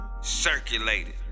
Circulated